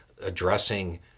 addressing